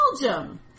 Belgium